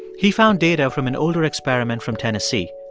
he found data from an older experiment from tennessee.